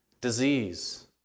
disease